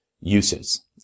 uses